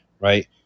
right